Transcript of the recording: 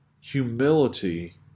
humility